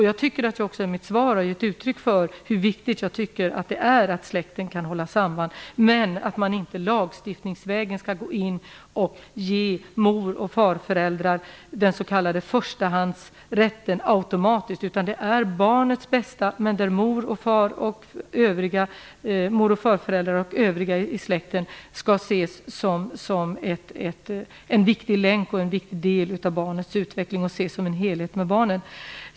Jag tycker att jag i mitt svar givit uttryck för hur viktigt jag tycker att det är att släkten kan hålla samman. Men skall inte lagstiftningvägen gå in och ge mor och farföräldrar den s.k. förstahandsrätten automatiskt. Det är barnets bästa man skall ha för ögonen. Men far och morföräldrar och övriga i släkten skall ses som en viktig länk och en viktig del av barnets utveckling och ses som en helhet med barnet.